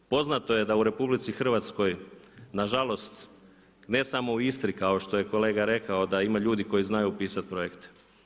Poznato je da u RH nažalost ne samo u Istri kao što je kolega rekao da ima ljudi koji znaju pisati projekte.